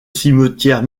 cimetière